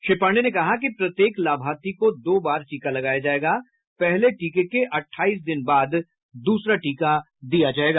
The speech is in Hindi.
श्री पाण्डेय कहा कि प्रत्येक लाभार्थी को दो बार टीका लगाया जाएगा पहले टीके के अठाईस दिन बाद दूसरा टीका दिया जायेगा